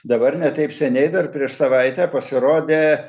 dabar ne taip seniai dar prieš savaitę pasirodė